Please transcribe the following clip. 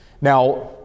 now